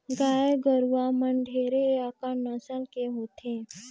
गाय गरुवा मन ढेरे अकन नसल के होथे